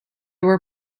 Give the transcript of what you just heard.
were